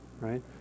right